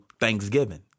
Thanksgiving